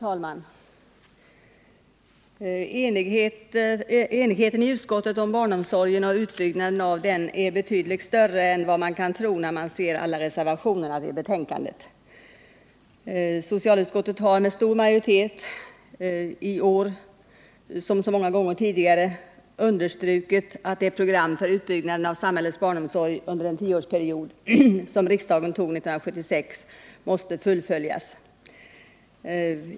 Herr talman! Enigheten i utskottet om barnomsorgen och utbyggnaden av den är betydligt större än vad man kan tro då man ser alla reservationer i betänkandet. Socialutskottet har med stor majoritet i år som så många gånger tidigare understrukit att det program för utbyggnaden av samhällets barnomsorg under en tioårsperiod som riksdagen fattade beslut om 1976 måste fullföljas.